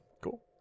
Cool